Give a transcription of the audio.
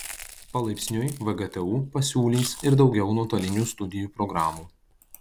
palaipsniui vgtu pasiūlys ir daugiau nuotolinių studijų programų